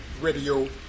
Radio